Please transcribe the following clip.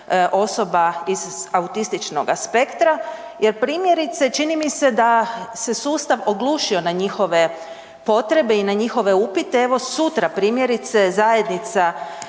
osoba iz autističnoga spektra jer primjerice čini mi se da se sustav oglušio na njihove potrebe i na njihove upite, evo sutra primjerice zajednica